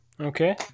Okay